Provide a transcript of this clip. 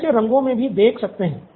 वे इसे रंगों में भी देख सकते हैं